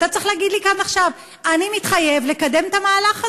אתה צריך להגיד לי כאן ועכשיו: אני מתחייב לקדם את המהלך הזה.